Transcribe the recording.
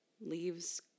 leaves